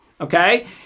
okay